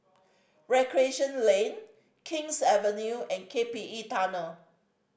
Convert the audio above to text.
Recreation Lane King's Avenue and K P E Tunnel